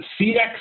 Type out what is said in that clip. cx